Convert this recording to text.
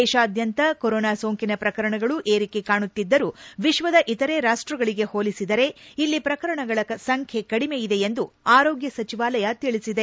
ದೇಶಾದ್ಯಂತ ಕೊರೊನಾ ಸೋಂಕಿನ ಪ್ರಕರಣಗಳು ಏರಿಕೆ ಕಾಣುತ್ತಿದ್ದರೂ ವಿಶ್ವದ ಇತರೆ ರಾಷ್ಷಗಳಿಗೆ ಹೋಲಿಸಿದರೆ ಇಲ್ಲಿ ಪ್ರಕರಣಗಳ ಸಂಖ್ಯೆ ಕಡಿಮೆಯಿದೆ ಎಂದು ಆರೋಗ್ಯ ಸಚಿವಾಲಯ ತಿಳಿಸಿದೆ